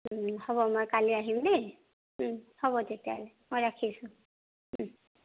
হ'ব মই কালি আহিম দেই হ'ব তেতিয়াহ'লে মই ৰাখিছোঁ